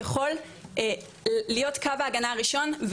יכול להיות קו ההגנה הראשון,